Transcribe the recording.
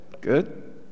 Good